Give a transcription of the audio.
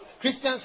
Christians